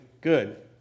good